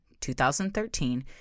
2013